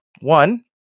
One